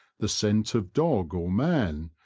the scent of dog or man,